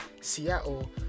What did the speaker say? Seattle